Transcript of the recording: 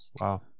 Wow